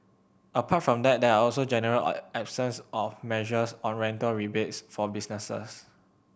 apart from that there also a general absence of measures on rental rebates for businesses